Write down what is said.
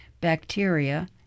bacteria